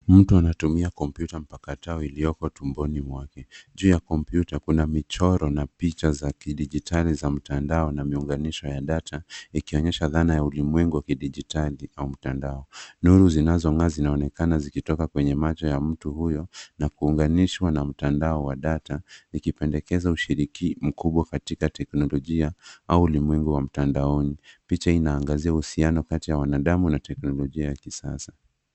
Mtu anatumia kompyuta mpakatao iliyoko tumboni mwake. Juu ya kompyuta kuna michoro na picha za kidijitali za mtandao na miunganisho ya data ikionyesha dhana ya ulimwengu wa kidijitali au mtandao. Nuru zinazong'aa zinaonekana zikitoka kwenye macho ya mtu huyo na kuunganishwa na mtandao wa data, likipendekeza ushiriki mkubwa katika teknolojia au ulimwengu wa mtandaoni. Picha inaangazia uhusiano kati ya wanadamu na teknolojia ya kisasa.